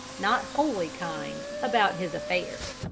not wholly kind, about his affairs.